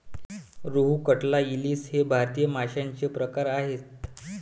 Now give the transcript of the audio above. रोहू, कटला, इलीस इ भारतीय माशांचे प्रकार आहेत